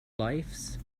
lives